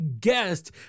guest